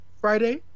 Friday